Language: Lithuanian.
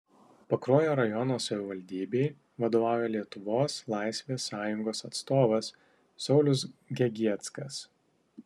pakruojo rajono savivaldybei vadovauja lietuvos laisvės sąjungos atstovas saulius gegieckas